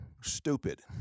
stupid